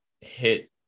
hit